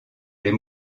les